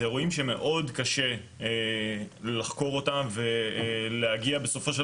אלה אירועים שמאוד קשה לחקור אותם ולהגיע בסופו של